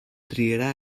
triarà